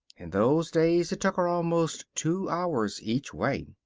in those days it took her almost two hours each way.